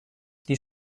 die